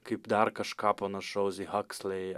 kaip dar kažką panašaus į huxley